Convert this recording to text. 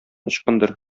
ычкындыр